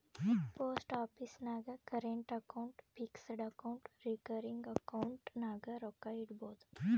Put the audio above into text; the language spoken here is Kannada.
ಪೋಸ್ಟ್ ಆಫೀಸ್ ನಾಗ್ current account, fixed account, recurring account ನಾಗ್ ರೊಕ್ಕಾ ಇಡ್ಬೋದ್